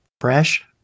fresh